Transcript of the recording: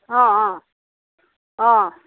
অঁ অঁ অঁ